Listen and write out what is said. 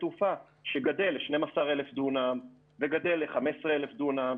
תעופה שגדל ל-12,000 דונם וגדל ל-15,000 דונם,